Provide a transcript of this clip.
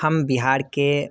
हम बिहार के